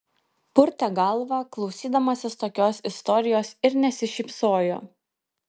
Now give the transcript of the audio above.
purtė galvą klausydamasis tokios istorijos ir nesišypsojo